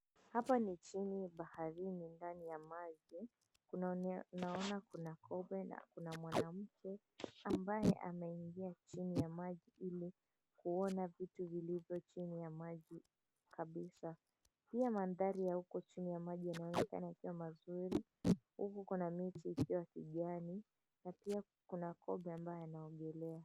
Hapa ni chini baharini ndani ya maji. Naona kuna kobe na kuna mwanamke ambaye ameingia chini ya maji ili kuona vitu vilivyo chini ya maji kabisa. Pia mandhari ya huko chini ya maji yanaonekana kuwa mazur huku kuna miti ikiwa kijani, na pia kuna kobe ambaye anaogelea.